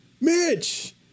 Mitch